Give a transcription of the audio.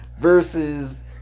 Versus